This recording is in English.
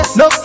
no